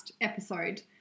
episode